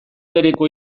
bereko